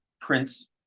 Prince